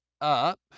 up